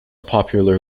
popular